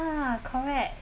correct